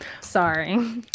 sorry